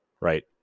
right